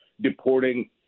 deporting